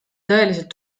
tõeliselt